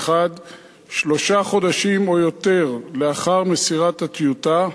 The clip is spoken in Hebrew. שלושה חודשים או יותר לאחר מסירת הטיוטה,